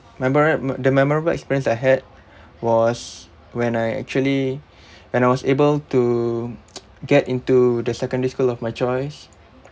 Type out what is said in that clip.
memor~ the memorable experience I had was when I actually when I was able to get into the secondary school of my choice